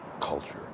culture